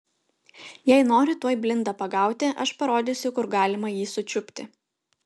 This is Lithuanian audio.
jei nori tuoj blindą pagauti aš parodysiu kur galima jį sučiupti